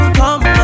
come